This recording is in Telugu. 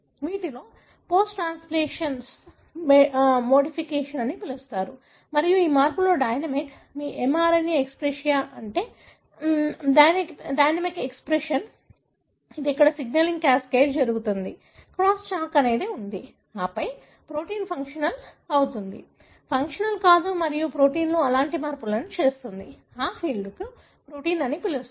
వీటిని పోస్ట్ ట్రాన్స్లేషనల్ మోడిఫికేషన్ అని పిలుస్తారు మరియు ఈ మార్పులు డైనమిక్ మీ mRNA ఎక్స్ప్రెసియో కంటే డైనమిక్ ఎక్స్ప్రెషన్ ఇది అక్కడ సిగ్నలింగ్ క్యాస్కేడ్ జరుగుతుంది క్రాస్ టాక్ ఉంది ఆపై ప్రోటీన్ ఫంక్షనల్ అవుతుంది ఫంక్షనల్ కాదు మరియు ప్రొటీన్లో అలాంటి మార్పులను చూస్తుంది ఆ ఫీల్డ్ను ప్రొటీమ్ అని పిలుస్తారు